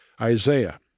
Isaiah